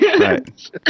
Right